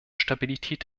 stabilität